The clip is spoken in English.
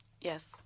Yes